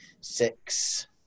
Six